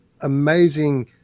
amazing